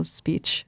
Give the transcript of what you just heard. speech